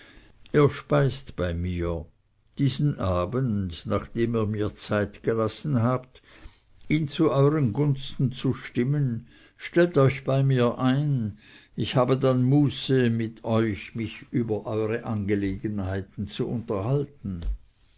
er speist bei mir diesen abend nachdem ihr mir zeit gelassen habt ihn zu euren gunsten zu stimmen stellt euch bei mir ein ich habe dann muße mich mit euch über eure angelegenheiten zu unterhalten